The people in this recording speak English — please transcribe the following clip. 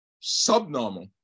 subnormal